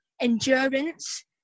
endurance